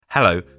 Hello